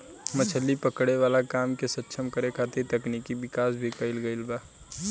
मछली पकड़े वाला काम के सक्षम करे खातिर तकनिकी विकाश भी कईल गईल बा